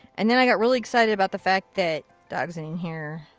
and then i got really excited about the fact that dioxazine here.